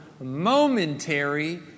momentary